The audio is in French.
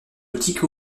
boutiques